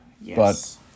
Yes